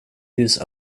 use